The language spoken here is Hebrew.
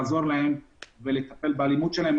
לעזור להם ולטפל באלימות שלהם.